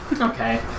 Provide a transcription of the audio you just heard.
Okay